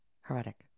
heretic